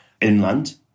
inland